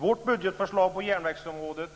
Vårt budgetförslag på järnvägsområdet